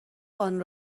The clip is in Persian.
قانون